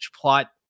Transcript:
plot